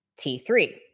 T3